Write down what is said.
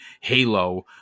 Halo